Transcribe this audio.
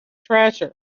treasure